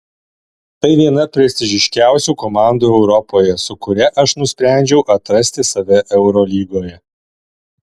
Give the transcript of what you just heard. tai viena prestižiškiausių komandų europoje su kuria aš nusprendžiau atrasti save eurolygoje